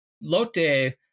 Lote